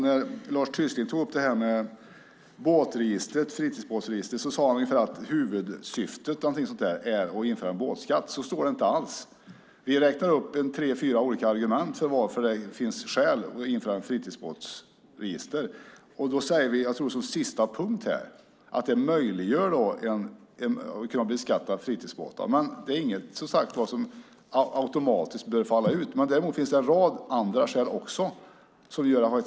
När Lars Tysklind tog upp fritidsbåtsregistret sade han att vårt huvudsyfte - eller någonting sådant - är att införa en båtskatt. Så står det inte alls! Vi räknar upp tre fyra olika argument för att införa ett fritidsbåtsregister. Som sista punkt säger vi att det även möjliggör beskattning av fritidsbåtar. Det är alltså ingenting som automatiskt bör falla ut. Däremot finns det en rad andra skäl till registret.